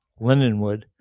Lindenwood